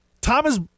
Thomas